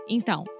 Então